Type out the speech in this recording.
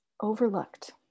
overlooked